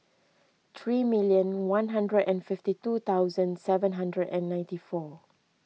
three million one hundred and fifty two thousand seven hundred and ninety four